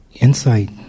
insight